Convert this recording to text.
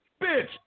bitch